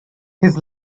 his